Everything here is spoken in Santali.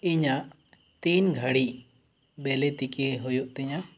ᱤᱧᱟᱹᱜ ᱛᱤᱱᱜᱷᱟᱹᱲᱤᱡᱽ ᱵᱮᱞᱮ ᱛᱤᱠᱤ ᱦᱩᱭᱩᱜ ᱛᱤᱧᱟᱹ